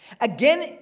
Again